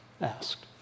asked